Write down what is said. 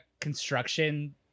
construction